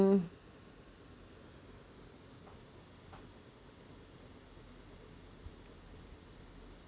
mm